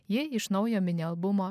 ji iš naujo mini albumo